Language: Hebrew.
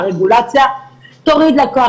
הרגולציה תוריד לה כוח,